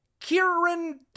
Kieran